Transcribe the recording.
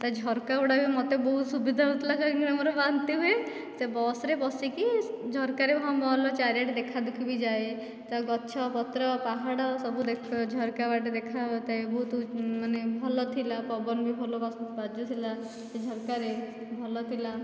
ତା ଝରକା ଗୁଡ଼ା ବି ମୋତେ ବହୁତ୍ ସୁବିଧା ହେଉଥିଲା କାହିଁକି ନା ମୋର ବାନ୍ତି ହୁଏ ସେ ବସରେ ବସିକି ଝରକାରେ ହଁ ଭଲ ଚାରିଆଡ଼େ ଦେଖାଦେଖି ବି ଯାଏ ତା ଗଛପତ୍ର ପାହାଡ଼ ସବୁ ଝରକା ବାଟରେ ଦେଖା ଯାଉଥାଏ ବହୁତ୍ ମାନେ ଭଲ ଥିଲା ପବନ ବି ଭଲ ବାଜୁଥିଲା ଝରକାରେ ଭଲ ଥିଲା